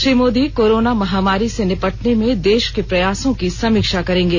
Shri Modi corona महामारी से निपटने में देश के प्रयासों की समीक्षा करेंगे